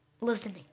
listening